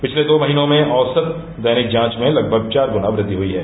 पिछले दो महीनों में औसत दैनिक जांच में लगभग चार गुना वृद्धि हुई है